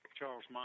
Charles